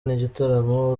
n’igitaramo